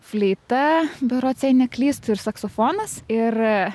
fleita berods jei neklystu ir saksofonas ir